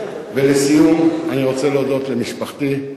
ולסיום אני רוצה להודות למשפחתי,